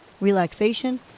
relaxation